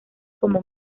como